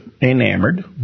enamored